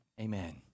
Amen